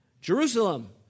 Jerusalem